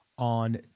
On